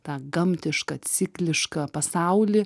tą gamtišką ciklišką pasaulį